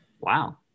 wow